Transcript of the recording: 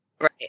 right